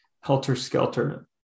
helter-skelter